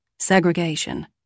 Segregation